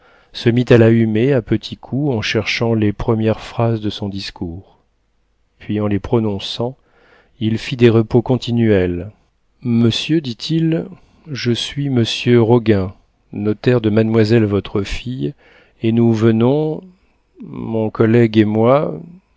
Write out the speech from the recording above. se mit à la humer à petits coups en cherchant les premières phrases de son discours puis en les prononçant il fit des repos continuels manoeuvre oratoire que ce signe représentera très imparfaitement monsieur dit-il je suis monsieur roguin notaire de mademoiselle votre fille et nous venons mon collègue et moi